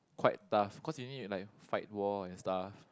quite though cause you need to like fight war and stuff